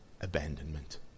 abandonment